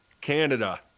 Canada